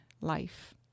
life